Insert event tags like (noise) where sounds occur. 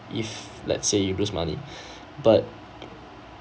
if let's say you lose money (breath) but